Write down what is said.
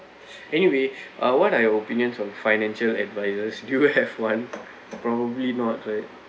anyway uh what are your opinions on financial advisors do you have one probably not right